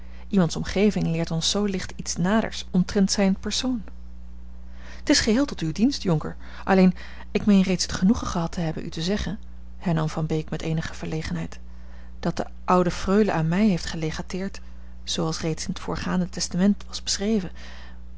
iemands omgeving leert ons zoo licht iets naders omtrent zijn persoon t is geheel tot uw dienst jonker alleen ik meen reeds het genoegen gehad te hebben u te zeggen hernam van beek met eenige verlegenheid dat de oude freule aan mij heeft gelegateerd zooals reeds in t voorgaande testament was beschreven